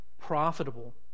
profitable